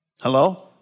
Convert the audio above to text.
Hello